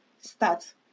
start